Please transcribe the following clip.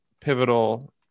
pivotal